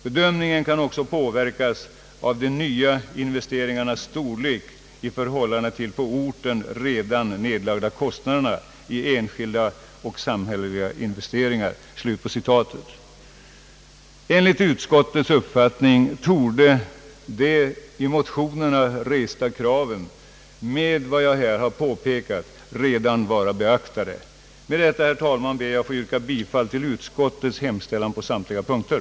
Bedömningen kan också påverkas av de nya investeringarnas storlek i förhållande till de på orten redan nedlagda kostnaderna i enskilda och samhälleliga investeringar.» Med vad jag här påpekat torde de i motionerna resta kraven redan vara beaktade. Jag ber med detta, herr talman, att få yrka bifall till utskottets hemställan på samtliga punkter.